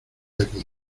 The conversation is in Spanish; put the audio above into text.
aquí